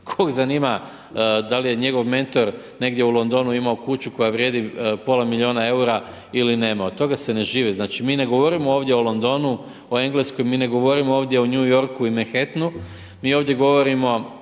Koga zanima, da li je njegov mentor negdje u Londonu imao kuću koja vrijedi pola milijuna eura ili nema. Od toga se ne živi, znači mi ne govorimo ovdje o Londonu, o Engleskoj, mi ne govorimo ovdje o New Yorku i Manhattan, mi ovdje govorimo